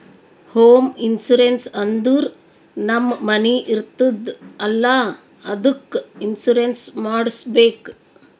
home insurance ಅಂದುರ್ ನಮ್ ಮನಿ ಇರ್ತುದ್ ಅಲ್ಲಾ ಅದ್ದುಕ್ ಇನ್ಸೂರೆನ್ಸ್ ಮಾಡುಸ್ಬೇಕ್